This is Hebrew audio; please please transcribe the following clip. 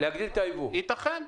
ייתכן,